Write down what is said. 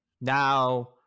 now